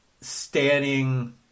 standing